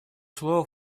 слово